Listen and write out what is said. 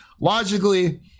logically